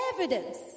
evidence